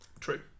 True